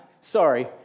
Sorry